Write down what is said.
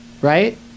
right